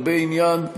הרבה עניין,